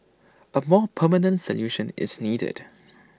A more permanent solution is needed